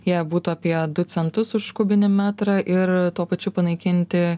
jie būtų apie du centus už kubinį metrą ir tuo pačiu panaikinti